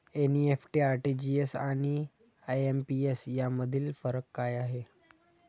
NEFT, RTGS आणि IMPS यामधील फरक काय आहे?